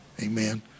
Amen